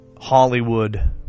Hollywood